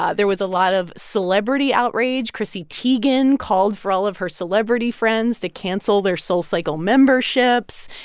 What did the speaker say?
ah there was a lot of celebrity outrage. chrissy teigen called for all of her celebrity friends to cancel their soulcycle memberships.